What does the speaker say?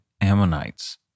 Ammonites